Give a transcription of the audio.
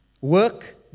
Work